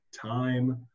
time